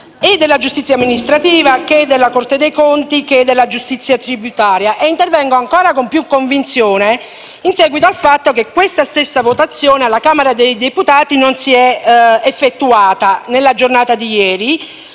della Giustizia amministrativa, della Corte dei conti e della Giustizia tributaria. Intervengo ancora con più convinzione in seguito al fatto che questa stessa votazione alla Camera dei deputati non è stata effettuata nella giornata di ieri,